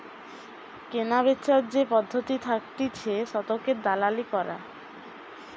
কেনাবেচার যে পদ্ধতি থাকতিছে শতকের দালালি করা